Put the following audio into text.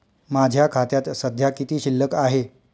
माझ्या खात्यात सध्या किती शिल्लक आहे?